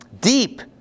deep